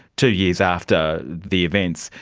two years after the events,